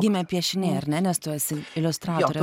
gimė piešiniai ar ne nes tu esi iliustratorė